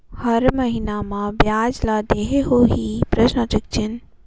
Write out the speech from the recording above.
हर महीना मा ब्याज ला देहे होही?